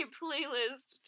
playlist